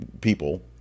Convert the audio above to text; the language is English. people